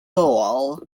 soul